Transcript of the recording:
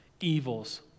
evils